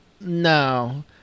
No